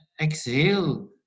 exhale